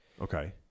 okay